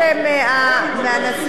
אני מבקש שתמשוך את החוק.